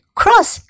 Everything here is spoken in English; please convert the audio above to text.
cross